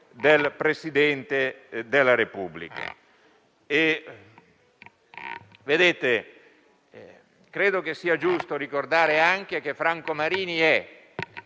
di Presidente del Senato. Credo sia giusto ricordare anche che Franco Marini è